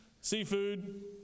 seafood